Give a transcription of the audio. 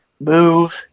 move